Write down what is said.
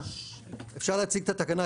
אפשר להציג את התקנה,